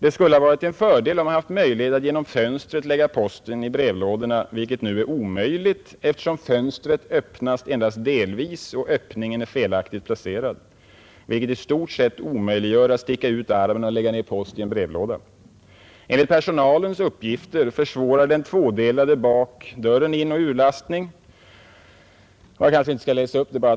Det skulle ha varit en fördel om man hade haft möjlighet att genom fönstret lägga posten i brevlådorna, vilket nu är omöjligt, eftersom fönstret öppnas endast delvis och öppningen är felaktigt placerad, vilket i stort sett omöjliggör att sticka ut armen och lägga ner post i en brevlåda. Enligt personalens uppgifter försvårar den tvådelade bakdörren inoch urlastning, ———.